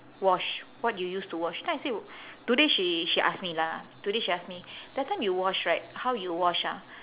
wash what you use to wash then I say today she she ask me lah today she ask me that time you wash right how you wash ah